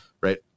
Right